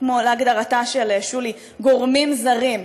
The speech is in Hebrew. להגדרתה של שולי, גורמים זרים.